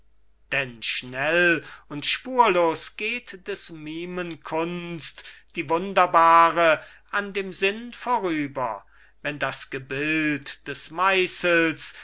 denn schnell und spurlos geht des mimen kunst die wunderbare an dem sinn vorüber wenn das gebild des meißels